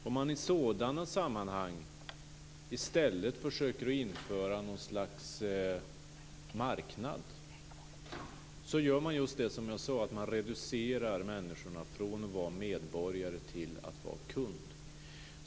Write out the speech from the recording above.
Om man i sådana sammanhang i stället försöker införa något slags marknad gör man just det jag sade: Man reducerar människorna från att vara medborgare till att vara kund.